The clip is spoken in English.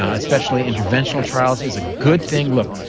ah especially interventional trials is a good thing look,